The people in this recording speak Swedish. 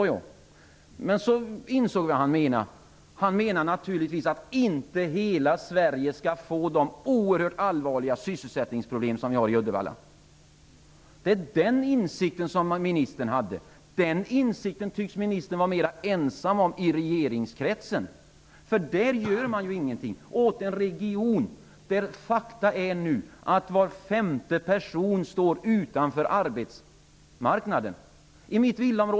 Sedan insåg jag vad han menade. Han menade naturligtvis att hela Sverige inte skall få de oerhört allvarliga sysselsättningsproblem som finns i Uddevalla. Det var den insikten som ministern hade. Den insikten tycks ministern vara ensam om i regeringskretsen. Man gör ju ingenting åt en region där var femte person nu står utanför arbetsmarknaden -- det är fakta.